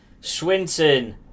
swinton